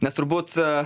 nes turbūt